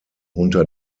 unter